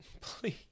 Please